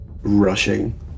rushing